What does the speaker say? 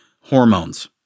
hormones